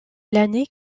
l’année